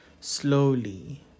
slowly